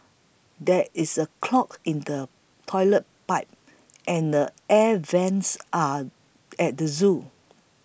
there is a clog in the Toilet Pipe and the Air Vents are at the zoo